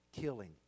killing